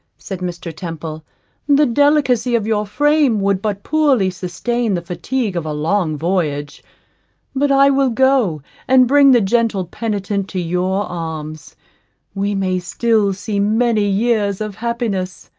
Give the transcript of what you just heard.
said mr. temple the delicacy of your frame would but poorly sustain the fatigue of a long voyage but i will go and bring the gentle penitent to your arms we may still see many years of happiness.